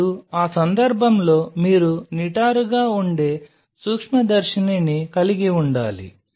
ఇప్పుడు ఆ సందర్భంలో మీరు నిటారుగా ఉండే సూక్ష్మదర్శినిని కలిగి ఉండాలి